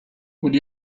would